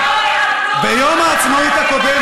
ביום העצמאות הקודם,